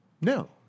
No